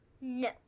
No